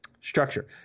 structure